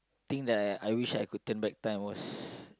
the thing that I I wish I could turn back time was